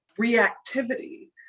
reactivity